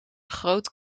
groot